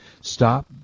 stop